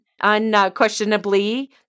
unquestionably